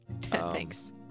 Thanks